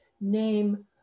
name